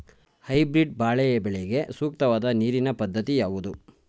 Hybrid ಬಾಳೆ ಬೆಳೆಗೆ ಸೂಕ್ತವಾದ ನೀರಿನ ಪದ್ಧತಿ ಯಾವುದು?